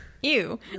Ew